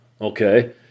Okay